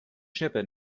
schippe